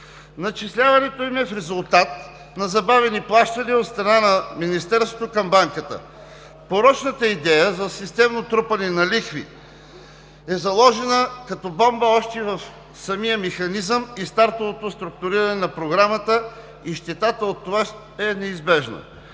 Начисляването им е в резултат на забавени плащания от страна на Министерството към Банката. Порочната идея за системно трупане на лихви е заложена като бомба още в самия механизъм и стартовото структуриране на Програмата и щетата от това е неизбежна.